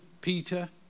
Peter